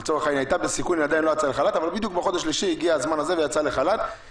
אבל בדיוק בחודש השלישי הגיע הזמן הזה ויצאה לחל"ת,